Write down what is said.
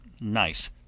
nice